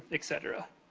et cetera?